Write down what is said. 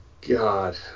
God